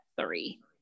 three